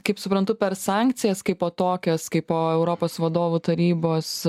kaip suprantu per sankcijas kaipo tokias kaip po europos vadovų tarybos